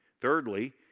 Thirdly